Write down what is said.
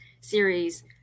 series